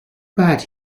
bad